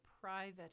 private